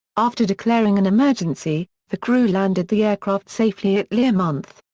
after declaring an emergency, the crew landed the aircraft safely at learmonth.